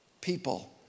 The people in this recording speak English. people